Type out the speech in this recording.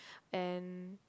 and